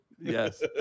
Yes